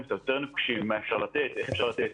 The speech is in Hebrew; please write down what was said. קצת יותר נוקשים מבחינת מה אפשר לתת ואיך אפשר לתת,